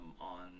on